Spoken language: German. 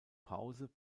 pause